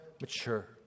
mature